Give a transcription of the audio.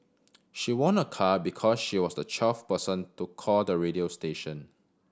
she won a car because she was the twelfth person to call the radio station